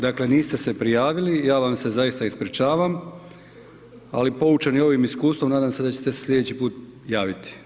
Dakle niste se prijavili, ja vam se zaista ispričavam ali poučen ovim iskustvom, nadam se da ćete se slijedeći put javiti.